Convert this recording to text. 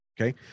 Okay